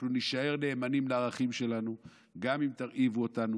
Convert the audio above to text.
אנחנו נישאר נאמנים לערכים שלנו גם אם תרעיבו אותנו,